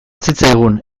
zitzaigun